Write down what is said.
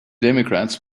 democrats